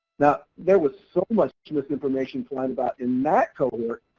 now, there was so much misinformation flying about in that cohort,